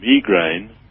migraine